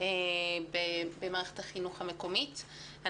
במערכת החינוך המקומית.